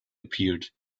appeared